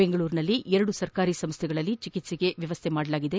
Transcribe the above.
ಬೆಂಗಳೂರಿನಲ್ಲಿ ಎರಡು ಸರ್ಕಾರಿ ಸಂಸ್ವೆಗಳಲ್ಲಿ ಚಿಕಿತ್ಸೆಗೆ ವ್ಯವಸ್ಥೆ ಮಾಡಲಾಗಿದೆ